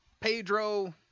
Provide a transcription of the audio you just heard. Pedro